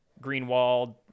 Greenwald